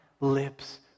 lips